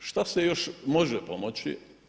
Šta se još može pomoći?